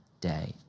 day